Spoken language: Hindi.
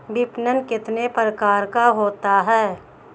विपणन कितने प्रकार का होता है?